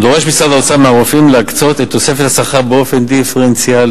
דורש משרד האוצר מהרופאים להקצות את תוספת השכר באופן דיפרנציאלי,